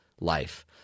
life